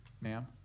ma'am